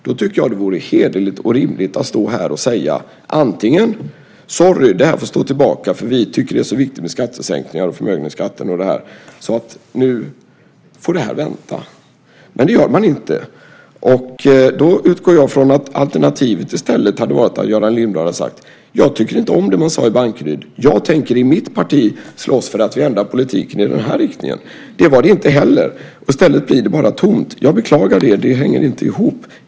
Då tycker jag att det vore hederligt och rimligt att stå här och säga: Sorry , det här får stå tillbaka, för vi tycker det är så viktigt med skattesänkningar, förmögenhetsskatten och sådant att det här får vänta. Men det gör man inte. Då utgår jag ifrån att alternativet i stället hade varit att Göran Lindblad hade sagt: Jag tycker inte om det man sade i Bankeryd. Jag tänker i mitt parti slåss för att vi ändrar politiken i en annan riktning. Men det var det inte heller. I stället blir det bara tomt. Jag beklagar det. Det hänger inte ihop.